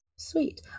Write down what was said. Sweet